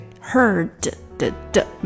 heard